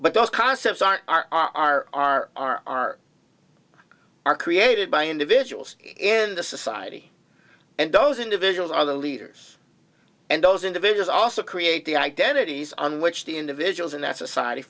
but those concepts aren't r r r r r are created by individuals in the society and those individuals are the leaders and those individual also create the identities on which the individuals in that society